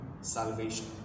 salvation